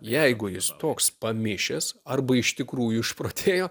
jeigu jis toks pamišęs arba iš tikrųjų išprotėjo